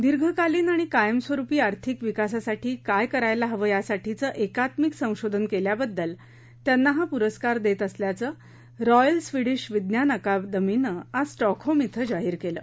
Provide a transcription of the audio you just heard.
दीर्घकालीन आणि कायमस्वरूपी आर्थिक विकासासाठी काय करायला हवं यासाठीचं एकात्मिक संशोधन केल्याबद्दल त्यांना हा पुरस्कार देत असल्याचं रॉयल स्विडीश विज्ञान अकादमीनं आज स्टॉकहोम धिं जाहीर केलं